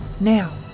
Now